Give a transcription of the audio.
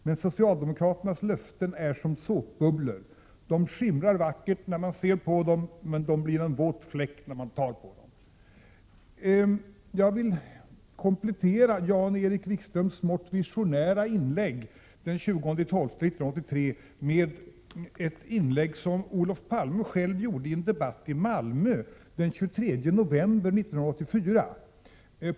Men socialdemokraternas löften är som såpbubblor — de skimrar vackert när man ser på dem, men de blir en våt fläck vid beröring.” Jag vill komplettera Jan-Erik Wikströms smått visionära inlägg den 20 december 1983 med ett inlägg som Olof Palme gjorde i en debatt i Malmö den 23 november 1984.